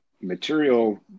material